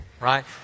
right